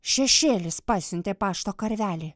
šešėlis pasiuntė pašto karvelį